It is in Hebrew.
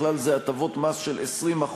בכלל זה הטבות מס של 20%,